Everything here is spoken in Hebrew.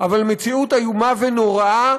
אבל מציאות איומה ונוראה